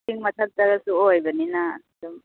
ꯆꯤꯡ ꯃꯊꯛꯇꯒꯁꯨ ꯑꯣꯏꯕꯅꯤꯅ ꯑꯗꯨꯝ